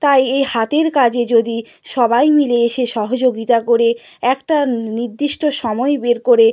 তাই এ হাতের কাজে যদি সবাই মিলে এসে সহযোগিতা করে একটা নির্দিষ্ট সময় বের করে